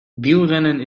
wielrennen